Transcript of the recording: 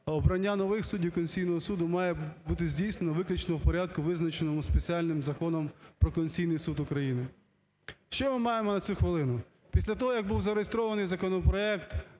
обрання нових суддів Конституційного Суду має бути здійснено виключно в порядку, визначеному спеціальним Законом "Про Конституційний Суд України". Що ми маємо на цю хвилину? Після того як був зареєстрований законопроект